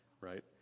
right